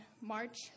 March